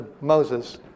Moses